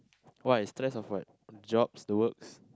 why stressed of what jobs the works